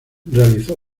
realizó